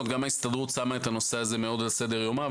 גם ההסתדרות מאוד את הנושא הזה על סדר יומה,